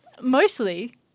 Mostly